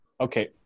Okay